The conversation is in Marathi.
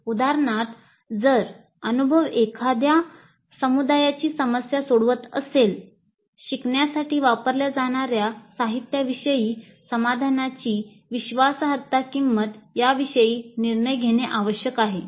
उदाहरणार्थ जर अनुभव एखाद्या समुदायाची समस्या सोडवत असेल शिकण्यासाठी वापरल्या जाणार्या साहित्याविषयी समाधानाची विश्वासार्हता किंमत याविषयी निर्णय घेणे आवश्यक आहे